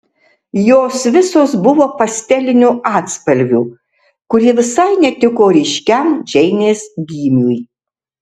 jos visos buvo pastelinių atspalvių kurie visai netiko ryškiam džeinės gymiui